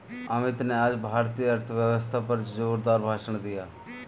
अमित ने आज भारतीय अर्थव्यवस्था पर जोरदार भाषण दिया